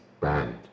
banned